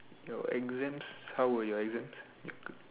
your exams how were your exams